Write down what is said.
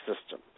system